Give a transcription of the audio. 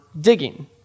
digging